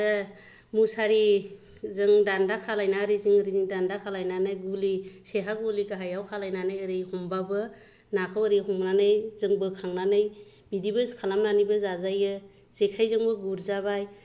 आरो मुसारि जों दान्दा खालायना ओरैजों ओरैजों दान्दा खालायनानै गुलि सेखा गुलि गाहायाव खालायनानै ओरै हमबाबो नाखौ ओरै हमनानै जों बोखांनानै बिदिबो खालामनानै जाजायो जेखाइजोंबो गुरजाबाय